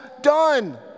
done